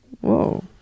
Whoa